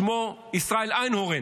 שמו ישראל איינהורן,